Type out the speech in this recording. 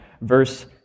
verse